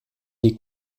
des